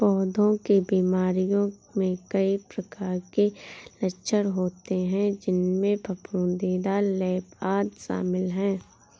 पौधों की बीमारियों में कई प्रकार के लक्षण होते हैं, जिनमें फफूंदीदार लेप, आदि शामिल हैं